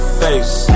face